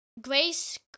Grace